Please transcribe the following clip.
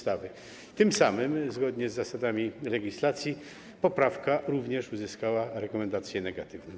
Tym samym, zgodnie z zasadami legislacji, poprawka również uzyskała rekomendację negatywną.